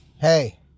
hey